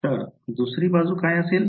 तर दुसरी बाजू काय असेल